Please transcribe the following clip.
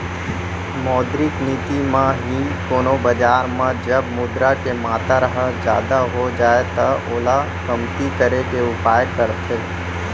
मौद्रिक नीति म ही कोनो बजार म जब मुद्रा के मातर ह जादा हो जाय त ओला कमती करे के उपाय करथे